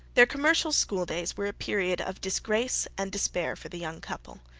their commercial school days were a period of disgrace and despair for the young couple.